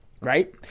right